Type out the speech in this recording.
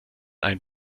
ein